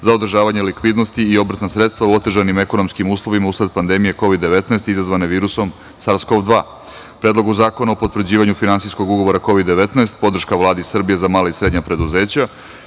za održavanje likvidnosti i obrtna sredstva u otežanim ekonomskim uslovima usled pandemije KOVID-19 izazvane virusom SARS-KoV-2; Predlogu zakona o potvrđivanju Finansijskog ugovora KOVID-19 podrška Vladi Srbije za mala i srednja preduzeća